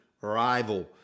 rival